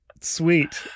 Sweet